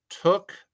took